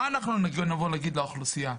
מה אנחנו נבוא ונגיד לאוכלוסייה?